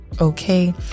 okay